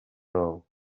role